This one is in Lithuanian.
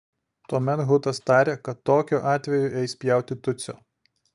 tuomet hutas tarė kad tokiu atveju eis pjauti tutsio